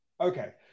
Okay